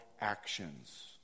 actions